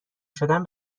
شدن